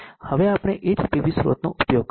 હવે આપણે એ જ પીવી સ્રોતનો ઉપયોગ કર્યો છે